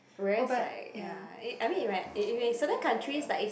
whereas like ya I mean if I in certain countries like is